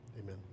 amen